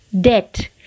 debt